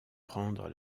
prendre